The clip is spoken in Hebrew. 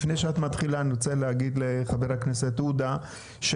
התשפ"ג-2023 לפני שאת מקריאה אני רוצה להגיד לחבר הכנסת עודה שאנחנו